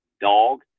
dog